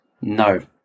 No